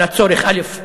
על הצורך, א.